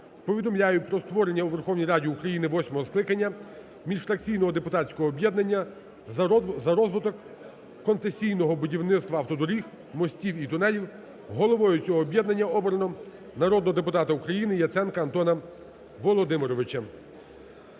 повідомляю про створення у Верховній Раді України восьмого скликання міжфракційного депутатського об'єднання "За розвиток концесійного будівництва автодоріг, мостів і тунелів". Головою цього об'єднання обрано народного депутата України Яценка Антона Володимировича.